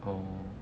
oh